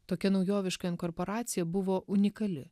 tokia naujoviška inkorporacija buvo unikali